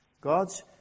God's